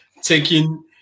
taking